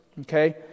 Okay